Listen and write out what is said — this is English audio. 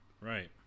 right